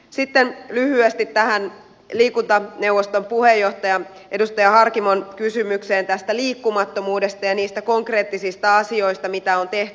sitten lyhyesti tähän liikuntaneuvoston puheenjohtajan edustaja harkimon kysymykseen liikkumattomuudesta ja niistä konkreettisista asioista mitä on tehty